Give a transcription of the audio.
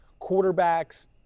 quarterbacks